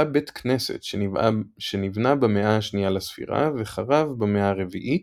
בית כנסת שנבנה במאה ה-2 לספירה וחרב במאה ה-4,